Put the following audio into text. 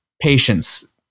patience